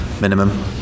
minimum